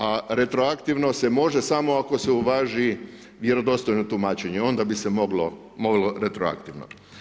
A retroaktivno se može samo ako su uvaži vjerodostojno tumačenje, onda bi se moglo retroaktivno.